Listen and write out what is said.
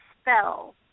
spell